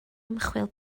ymchwil